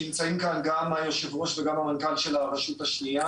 נמצאים כאן גם היושב-ראש וגם המנכ"ל של הרשות השנייה.